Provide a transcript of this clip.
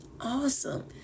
awesome